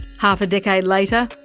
half a decade later,